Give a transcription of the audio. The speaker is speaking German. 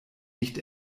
nicht